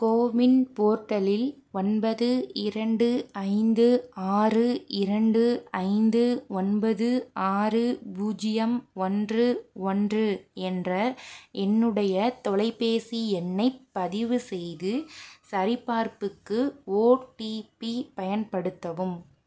CoWIN போர்ட்டலில் ஒன்பது இரண்டு ஐந்து ஆறு இரண்டு ஐந்து ஒன்பது ஆறு பூஜ்ஜியம் ஒன்று ஒன்று என்ற என்னுடைய தொலைபேசி எண்ணைப் பதிவு செய்து சரிபார்ப்புக்கு ஓடிபி பயன்படுத்தவும்